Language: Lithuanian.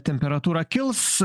temperatūra kils